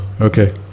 Okay